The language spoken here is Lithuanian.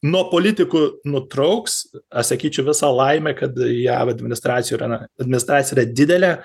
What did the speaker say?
nuo politikų nutrauks aš sakyčiau visa laimė kad jav administracija yra na administracija yra didelė